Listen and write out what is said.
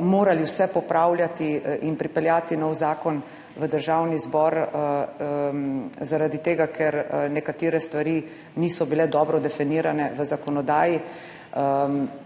morali vse popravljati in pripeljati nov zakon v Državni zbor zaradi tega, ker nekatere stvari niso bile dobro definirane v zakonodaji.